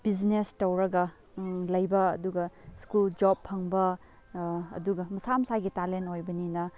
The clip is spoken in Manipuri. ꯕꯤꯖꯤꯅꯦꯁ ꯇꯧꯔꯒ ꯂꯩꯕ ꯑꯗꯨꯒ ꯁ꯭ꯀꯨꯜ ꯖꯣꯞ ꯐꯪꯕ ꯑꯗꯨꯒ ꯃꯁꯥ ꯃꯁꯥꯒꯤ ꯇꯂꯦꯟ ꯑꯣꯏꯕꯅꯤꯅ